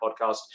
podcast